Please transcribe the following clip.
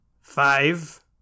five